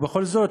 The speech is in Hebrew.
אבל בכל זאת,